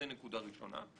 זו נקודה ראשונה.